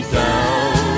down